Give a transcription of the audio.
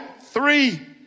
three